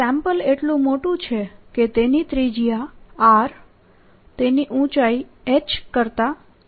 sample એટલું મોટું છે કે તેની ત્રિજ્યા r તેની ઊંચાઈ h કરતા ઘણી વધારે છે